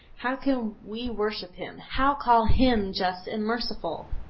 how can we worship him, how call him just and merciful?